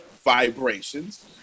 vibrations